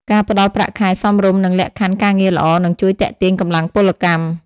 ការផ្តល់ប្រាក់ខែសមរម្យនិងលក្ខខណ្ឌការងារល្អនឹងជួយទាក់ទាញកម្លាំងពលកម្ម។